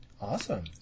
Awesome